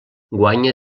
guanya